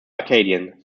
acadian